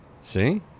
See